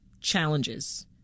challenges